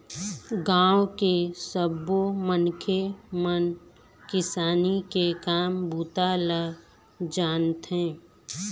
गाँव के सब्बो मनखे मन किसानी के काम बूता ल जानथे